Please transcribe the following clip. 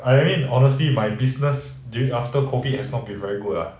I mean honestly my business during after COVID has not been very good ah